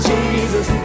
Jesus